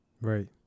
Right